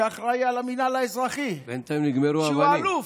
שאחראי למינהל האזרחי, שהוא אלוף,